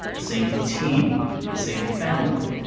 the same team, the same family,